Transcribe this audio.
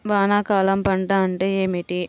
వానాకాలం పంట అంటే ఏమిటి?